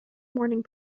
morning